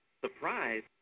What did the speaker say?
Surprise